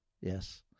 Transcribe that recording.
Yes